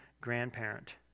grandparent